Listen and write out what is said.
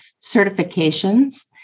certifications